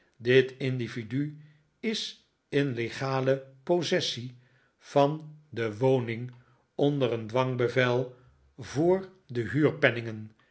dit individu is in legale possessie van de woning onder een dwangbevel voor de